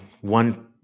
one